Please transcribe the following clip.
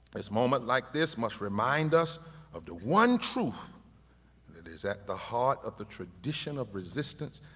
this moment like this must remind us of the one truth that is at the heart of the tradition of resistance,